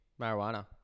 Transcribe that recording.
Marijuana